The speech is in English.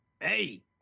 Hey